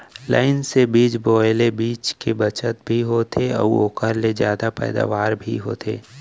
line से बीज बोए ले बीच के बचत भी होथे अउ ओकर ले जादा पैदावार भी होथे